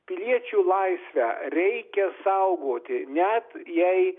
piliečių laisvę reikia saugoti net jei